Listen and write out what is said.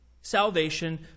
salvation